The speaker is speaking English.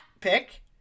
pick